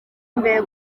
imbere